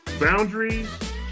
boundaries